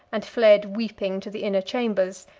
and fled weeping to the inner chambers,